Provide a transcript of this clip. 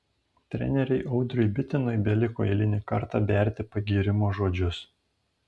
treneriui audriui bitinui beliko eilinį kartą berti pagyrimo žodžius